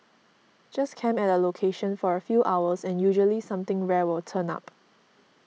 just camp at a location for a few hours and usually something rare will turn up